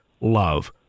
love